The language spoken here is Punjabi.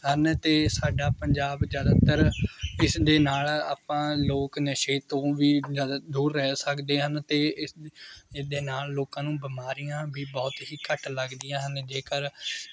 ਹਨ ਅਤੇ ਸਾਡਾ ਪੰਜਾਬ ਜ਼ਿਆਦਾਤਰ ਇਸ ਦੇ ਨਾਲ਼ ਆਪਾਂ ਲੋਕ ਨਸ਼ੇ ਤੋਂ ਵੀ ਜ਼ਿਆਦਾ ਦੂਰ ਰਹਿ ਸਕਦੇ ਹਨ ਅਤੇ ਇਸਦੇ ਨਾਲ਼ ਲੋਕਾਂ ਨੂੰ ਬਿਮਾਰੀਆਂ ਵੀ ਬਹੁਤ ਹੀ ਘੱਟ ਲੱਗਦੀਆਂ ਹਨ ਜੇਕਰ